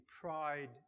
pride